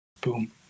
boom